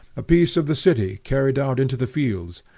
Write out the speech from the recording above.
a piece of the city carried out into the fields,